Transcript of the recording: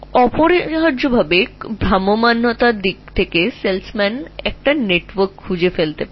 মূলত ভ্রমণ বিক্রয়কর্মীরা কোনও নেটওয়ার্ক খুঁজে বের করতে পারে